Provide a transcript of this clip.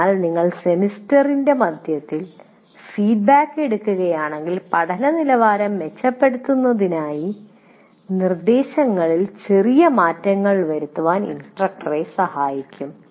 അതിനാൽ നിങ്ങൾ സെമസ്റ്ററിന്റെ മധ്യത്തിൽ ഫീഡ്ബാക്ക് എടുക്കുകയാണെങ്കിൽ പഠന നിലവാരം മെച്ചപ്പെടുത്തുന്നതിനായി നിർദ്ദേശങ്ങളിൽ ചെറിയ മാറ്റങ്ങൾ വരുത്താൻ ഇത് ഇൻസ്ട്രക്ടറെ അനുവദിക്കും